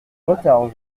retard